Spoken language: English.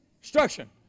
Instruction